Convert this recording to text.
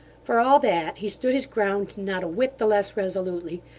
for all that, he stood his ground not a whit the less resolutely,